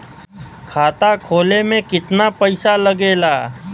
खाता खोले में कितना पईसा लगेला?